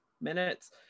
minutes